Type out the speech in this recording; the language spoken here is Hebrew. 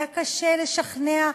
היה קשה לשכנע,